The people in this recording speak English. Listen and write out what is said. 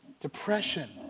depression